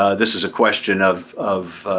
ah this is a question of of